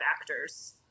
actors